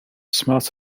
smart